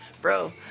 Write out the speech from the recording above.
bro